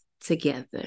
together